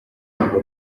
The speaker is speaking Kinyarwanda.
ivugwa